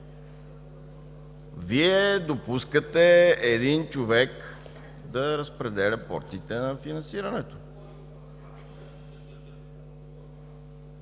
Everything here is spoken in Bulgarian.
Вие допускате един човек да разпределя порциите на финансиране.